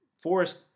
Forest